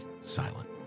silent